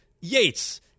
Yates